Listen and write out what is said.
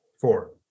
four